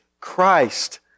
Christ